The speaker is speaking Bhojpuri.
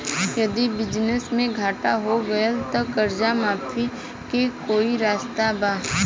यदि बिजनेस मे घाटा हो गएल त कर्जा माफी के कोई रास्ता बा?